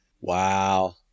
Wow